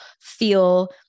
feel